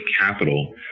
capital